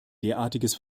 derartiges